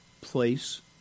place